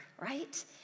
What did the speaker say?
right